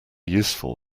useful